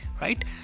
right